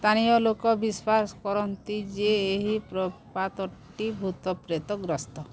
ସ୍ଥାନୀୟ ଲୋକ ବିଶ୍ୱାସ କରନ୍ତି ଯେ ଏହି ପ୍ରପାତଟି ଭୂତପ୍ରେତ ଗ୍ରସ୍ତ